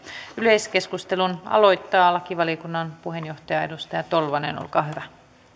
yleiskeskustelun aloittaa lakivaliokunnan puheenjohtaja edustaja tolvanen olkaa hyvä